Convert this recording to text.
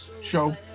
show